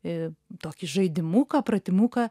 ir tokį žaidimuką pratimuką